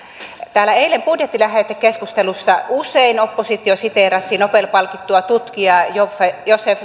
täällä eilen budjetin lähetekeskustelussa usein oppositio siteerasi nobel palkittua tutkijaa joseph